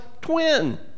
twin